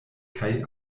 kaj